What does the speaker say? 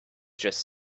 just